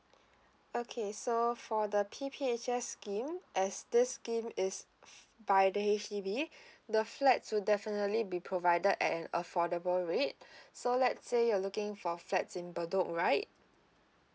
okay so for the P_P_H_S scheme as this scheme is by the H_D_B the flats would definitely be provided at an affordable rate so let's say you are looking for flats in bedok right